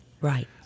Right